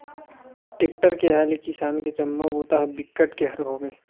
tractor के आए ले किसानी के जम्मो बूता ह बिकट के हरू होगे